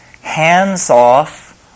hands-off